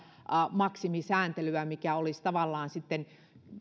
maksimisääntelyä mikä olisi tavallaan